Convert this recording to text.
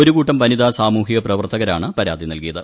ഒരു കൂട്ടം വനിതാ സാമൂഹ്യ പ്രവർത്തകരാണ് പരാതി നൽകിയത്